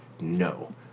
no